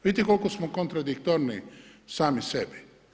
Vidite koliko smo kontradiktorni sami sebi.